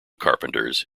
carpenters